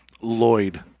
lloyd